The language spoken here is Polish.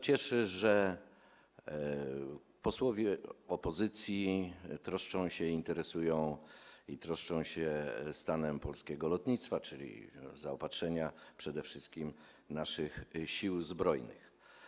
Cieszy, że posłowie opozycji interesują się, troszczą się o stan polskiego lotnictwa, czyli zaopatrzenia przede wszystkim naszych Sił Zbrojnych.